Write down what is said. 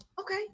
okay